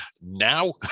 now